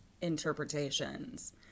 interpretations